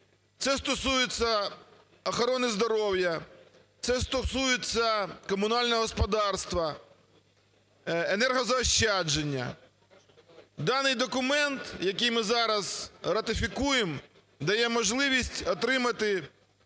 Це стосується охорони здоров'я, це стосується комунального господарства, енергозаощадження. Даний документ, який ми зараз ратифікуємо, дає можливість отримати